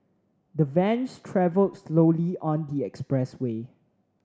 the van travelled slowly on the expressway